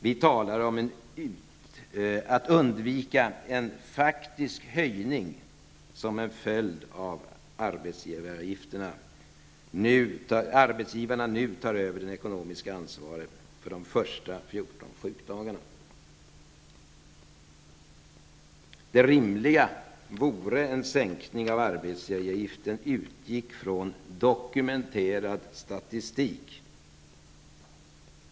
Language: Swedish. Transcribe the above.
Vi talar om att undvika en faktiskt höjning som en följd av att arbetsgivarna nu tar över det ekonomiska ansvaret för de första Det rimliga vore att en sänkning av arbetsgivaravgifterna utgick från dokumenterad statistik.